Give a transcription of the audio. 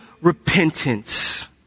repentance